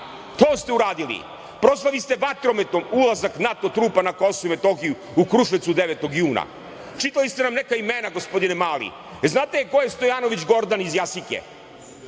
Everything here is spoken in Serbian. to ste uradili. Proslavili ste vatrometom ulazak NATO trupa na Kosovu i Metohiji i Kruševcu 9. juna. Čitali ste nam neka imena, gospodine Mali. Ječ znate ko je Stojanović Gordan iz Jasike?